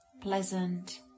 pleasant